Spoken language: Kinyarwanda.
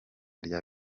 rya